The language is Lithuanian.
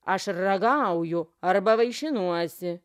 aš ragauju arba vaišinuosi